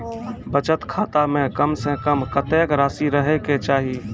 बचत खाता म कम से कम कत्तेक रासि रहे के चाहि?